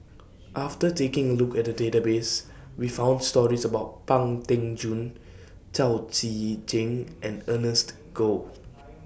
after taking A Look At The Database We found stories about Pang Teck Joon Chao Tzee Cheng and Ernest Goh